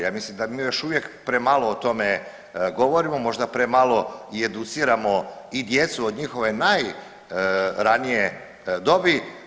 Ja mislim da mi još uvijek premalo o tome govorimo, možda premalo i educiramo i djecu od njihove najranije dobi.